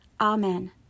Amen